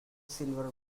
silver